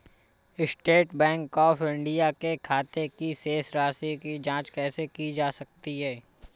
State Bank of India के खाते की शेष राशि की जॉंच कैसे की जा सकती है?